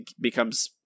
becomes